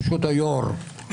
ברשות היושב-ראש,